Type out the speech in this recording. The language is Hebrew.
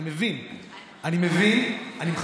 אני מבין, אני מבין.